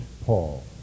Paul